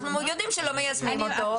אנחנו יודעים שלא מיישמים אותו.